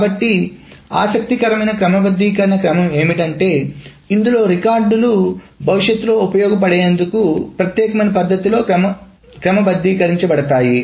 కాబట్టి ఆసక్తికరమైన క్రమబద్ధీకరణ క్రమం ఏమిటంటే ఇందులో రికార్డులు భవిష్యత్తులో ఉపయోగపడేందుకు ప్రత్యేకమైన పద్ధతి లో క్రమబద్ధీకరించబడతాయి